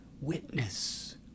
witness